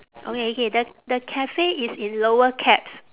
okay okay the the cafe is in lower caps